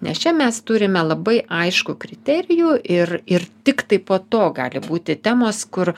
nes čia mes turime labai aiškų kriterijų ir ir tiktai po to gali būti temos kur